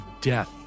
death